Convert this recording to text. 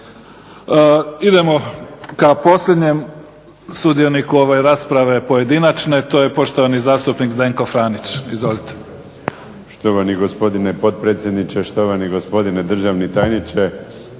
Idemo ka posljednjem sudioniku ove rasprave pojedinačne. To je poštovani zastupnik Zdenko Franić, izvolite. **Franić, Zdenko (SDP)** Štovani gospodine potpredsjedniče, štovani gospodine državni tajniče,